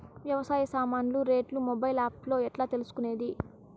వ్యవసాయ సామాన్లు రేట్లు మొబైల్ ఆప్ లో ఎట్లా తెలుసుకునేది?